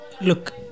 Look